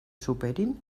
superin